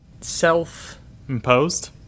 self-imposed